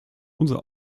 unser